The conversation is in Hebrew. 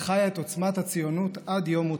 וחיה את עוצמת הציונות עד יום מותה.